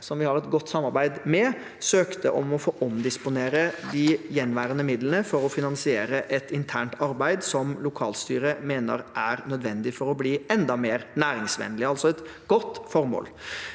som vi har et godt samarbeid med – søkte om å få omdisponere de gjenværende midlene for å finansiere et internt arbeid som lokalstyret mener er nødvendig for å bli enda mer næringsvennlig, altså et godt formål.